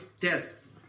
tests